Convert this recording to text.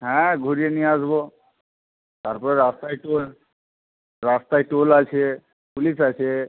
হ্যাঁ ঘুরিয়ে নিয়ে আসবো তারপর রাস্তায় রাস্তায় টোল আছে পুলিশ আছে